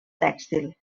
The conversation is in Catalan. tèxtil